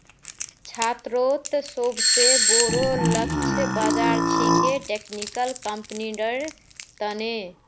छात्रोंत सोबसे बोरो लक्ष्य बाज़ार छिके टेक्निकल कंपनिर तने